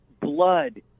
blood